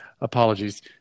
apologies